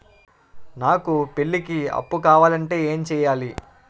నాకు పెళ్లికి అప్పు కావాలంటే ఏం చేయాలి?